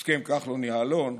הסכם כחלון-יעלון,